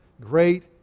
Great